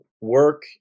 work